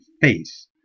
face